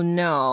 no